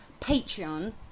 Patreon